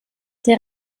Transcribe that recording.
der